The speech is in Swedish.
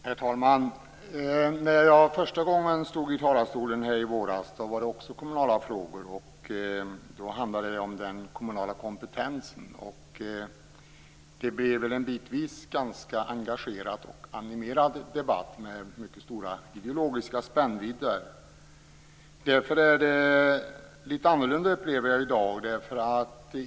Herr talman! Också när jag första gången, det var i våras, stod i denna talarstol gällde det kommunala frågor. Då handlade det om den kommunala kompetensen. Bitvis var det nog en ganska engagerad och animerad debatt med en mycket stor ideologisk spännvidd. Det är litet annorlunda i dag, upplever jag.